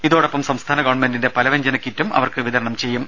ഇതോടൊപ്പം സംസ്ഥാന ഗവൺമെന്റിന്റെ പലവ്യഞ്ജന കിറ്റും അവർക്ക് വിതരണം ചെയ്യും